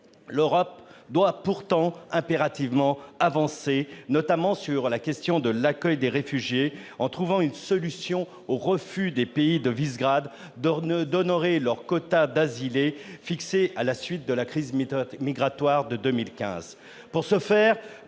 L'Europe doit pourtant impérativement avancer, notamment sur la question de l'accueil des réfugiés, en trouvant une solution au refus des pays de Visegrad d'honorer leurs quotas d'« asilés », fixés à la suite de la crise migratoire de 2015.